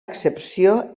accepció